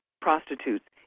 prostitutes